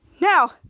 Now